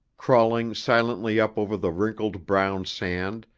crawling silently up over the wrinkled brown sand,